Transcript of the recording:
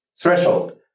threshold